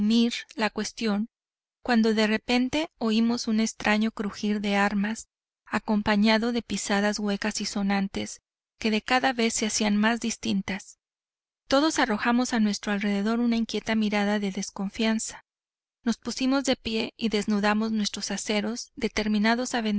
la cuestión cuando de repente oímos un extraño crujir de armas acompañado de pisadas huecas y sonantes que de cada vez se hacían más distintas todos arrojamos a nuestro alrededor una inquieta mirada de desconfianza nos pusimos de pie y desnudamos nuestros aceros determinados